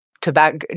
tobacco